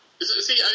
See